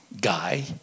guy